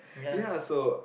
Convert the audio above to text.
ya so